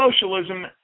Socialism